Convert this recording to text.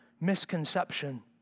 misconception